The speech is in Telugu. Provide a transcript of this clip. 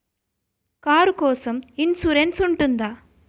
కారు కోసం ఇన్సురెన్స్ ఉంటుందా?